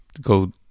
go